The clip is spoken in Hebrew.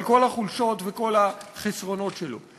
על כל החולשות וכל החסרונות שלו.